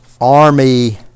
army